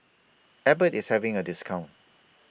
Abbott IS having A discount